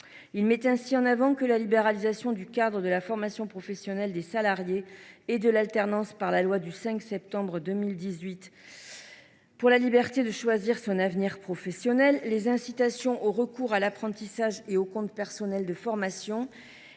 est mitigé :« La libéralisation du cadre de la formation professionnelle des salariés et de l’alternance par la loi du 5 septembre 2018 pour la liberté de choisir son avenir professionnel, les incitations au recours à l’apprentissage et au compte personnel de formation